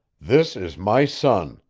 this is my son,